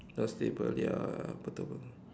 not stable ya betul betul